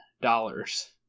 dollars